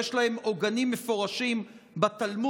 יש להם עוגנים מפורשים בתלמוד,